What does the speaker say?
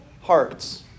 hearts